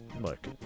Look